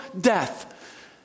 death